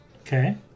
Okay